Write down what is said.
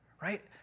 right